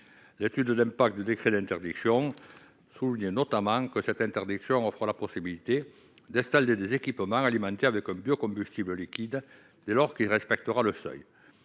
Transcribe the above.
L'étude d'impact du décret d'interdiction souligne notamment que cette interdiction offre la possibilité d'installer des équipements alimentés en biocombustibles liquides, dès lors qu'ils respecteront le seuil.